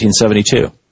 1972